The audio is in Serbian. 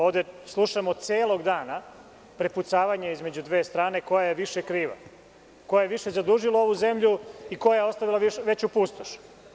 Ovde slušamo ceo dan prepucavanje između dve strane koja je više kriva, koja je više zadužila ovu zemlju i koja je ostavila veću pustoš.